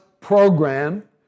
program